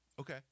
Okay